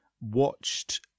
watched